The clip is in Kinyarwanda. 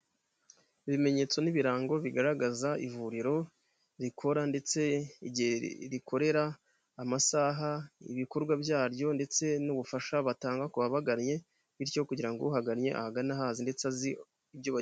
Ibimenyetso n'ibirango bigaragaza ivuriro rikora ndetse rikorera amasaha ibikorwa byaryo, ndetse n'ubufasha batanga ku babagannye, bityo kugira ngo uhagannye ahagana hazi ndetsetswe.